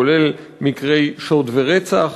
כולל מקרי שוד ורצח.